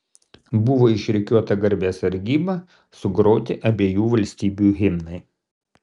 buvo išrikiuota garbės sargyba sugroti abiejų valstybių himnai